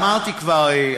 אמרתי כבר,